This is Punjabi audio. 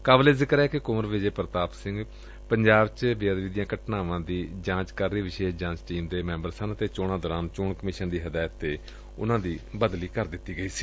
ਕਾਬਿਲ ਏ ਜ਼ਿਕਰ ਏ ਕਿ ਕੁੰਵਰ ਵਿਜੈ ਪ੍ਰਤਾਪ ਸਿੰਘ ਪੰਜਾਬ ਚ ਬੇਅਦਬੀ ਦੀਆਂ ਘਟਨਾਵਾਂ ਦੀ ਜਾਂਚ ਕਰ ਰਹੀ ਵਿਸ਼ੇਸ਼ ਜਾਂਚ ਟੀਮ ਦੇ ਮੈਂਬਰ ਸਨ ਅਤੇ ਚੋਣਾਂ ਦੌਰਾਨ ਚੋਣ ਕਮਿਸ਼ਨ ਦੀ ਹਦਾਇਤ ਤੇ ਉਨਾਂ ਦੀ ਬਦਲੀ ਕਰ ਦਿੱਤੀ ਸੀ